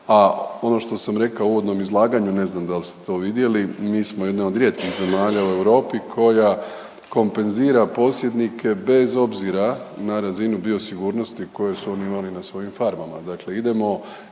a ono što sam rekao u uvodnom izlaganju, ne znam da li ste to vidjeli, mi smo jedna od rijetkih zemalja u Europi koja kompenzira posjednike bez obzira na razinu biosigurnosti koju su oni imali na svojim farmama. Dakle idemo